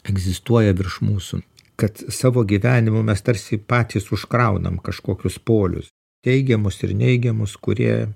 egzistuoja virš mūsų kad savo gyvenimu mes tarsi patys užkraunam kažkokius polius teigiamus ir neigiamus kurie